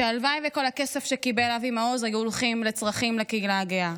והלוואי שכל הכסף שקיבל אבי מעוז היה הולך לצרכים לקהילה הגאה.